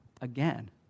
again